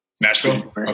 Nashville